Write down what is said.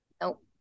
nope